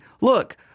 look